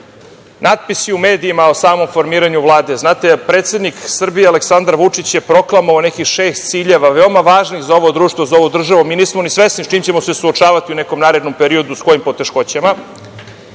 natpisi u medijima o samom formiranju Vlade. Znate, predsednik Srbije Aleksandra Vučić je proklamovao nekih šest ciljeva, veoma važnih za ovo društvo, za ovu državu. Mi nismo ni svesni sa čim ćemo se suočavati u nekom narednom periodu, sa kojim poteškoćama. Ono